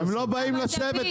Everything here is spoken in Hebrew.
הם לא באים לשבת,